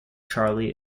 charlie